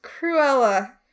Cruella